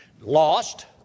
lost